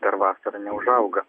per vasarą neužauga